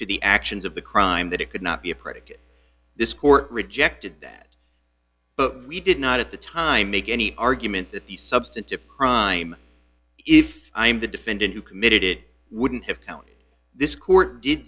to the actions of the crime that it could not be a predicate this court rejected that but we did not at the time make any argument that the substantive crime if i'm the defendant who committed it wouldn't have counted this court did